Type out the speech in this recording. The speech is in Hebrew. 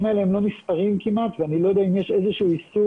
הדברים האלה כמעט ולא נספרים ואני לא יודע אם יש איזשהו עיסוק